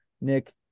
Nick